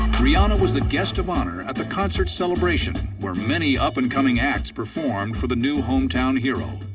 rihanna was the guest of honor at the concert celebration where many up-and-coming acts performed for the new hometown hero,